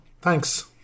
Thanks